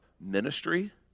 ministry